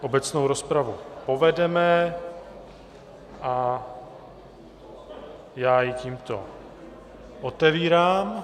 Obecnou rozpravu povedeme a já ji tímto otevírám.